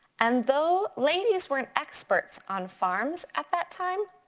and though ladies weren't experts on farms at that time,